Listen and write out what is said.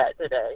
today